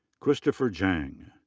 christopher jang.